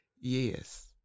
yes